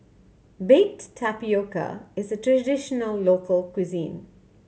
baked tapioca is a traditional local cuisine